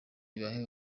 ibahe